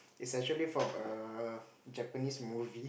is actually from a Japanese movie